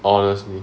honestly